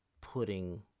putting